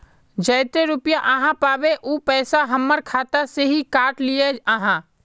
जयते रुपया आहाँ पाबे है उ पैसा हमर खाता से हि काट लिये आहाँ?